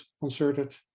concerted